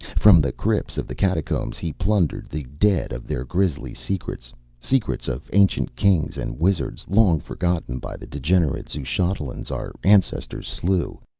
from the crypts of the catacombs he plundered the dead of their grisly secrets secrets of ancient kings and wizards, long forgotten by the degenerate xuchotlans our ancestors slew.